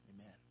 amen